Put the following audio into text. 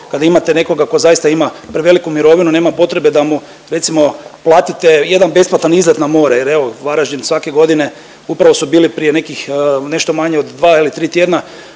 kad imate nekoga tko zaista ima preveliku mirovinu, nema potrebe da mu recimo platite jedan besplatan izlet na more, jer evo Varaždin svake godine upravo su bili prije nekih, nešto manje od dva ili tri tjedna